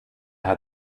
hat